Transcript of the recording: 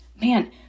Man